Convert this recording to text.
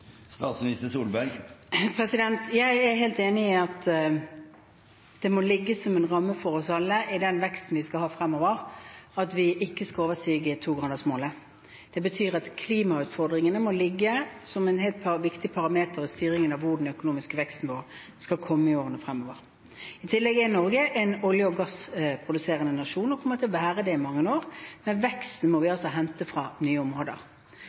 Jeg er helt enig i at det må ligge som en ramme for oss alle i den veksten vi skal ha fremover, at vi ikke skal overstige 2-gradersmålet. Det betyr at klimautfordringene må ligge som en viktig parameter i styringen av hvor den økonomiske veksten vår skal komme i årene fremover. I tillegg er Norge en olje- og gassproduserende nasjon og kommer til å være det i mange år, men veksten må vi altså hente fra nye områder.